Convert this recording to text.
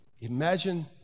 imagine